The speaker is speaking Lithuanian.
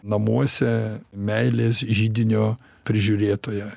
namuose meilės židinio prižiūrėtoja